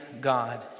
God